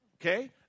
Okay